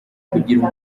kugira